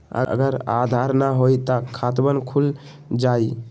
अगर आधार न होई त खातवन खुल जाई?